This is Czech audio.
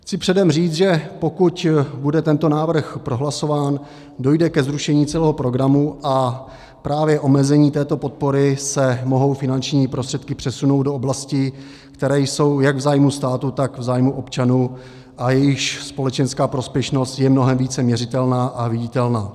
Chci předem říct, že pokud bude tento návrh prohlasován, dojde ke zrušení celého programu a právě omezením této podpory se mohou finanční prostředky přesunout do oblastí, které jsou jak v zájmu státu, tak v zájmu občanů a jejichž společenská prospěšnost je mnohem více měřitelná a viditelná.